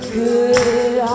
good